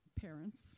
parents